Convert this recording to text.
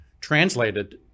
translated